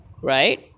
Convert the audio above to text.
right